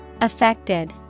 Affected